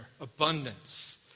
abundance